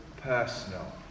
personal